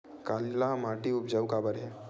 काला माटी उपजाऊ काबर हे?